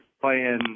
playing